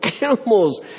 animals